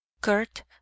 Kurt